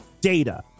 data